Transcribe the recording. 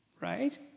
right